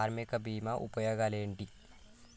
కార్మిక బీమా ఉపయోగాలేంటి?